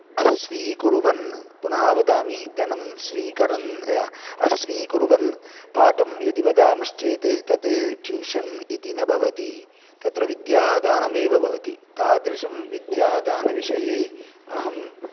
अस्वीकुर्वन् पुनः वदामि धनं स्वीकरन् अस्वीकुर्वन् पाठं यदि वदामश्चेत् ते तत् ट्यूषन् इति न भवति तत्र विद्यादानमेव भवति तादृशं विद्यादानविषये अहम्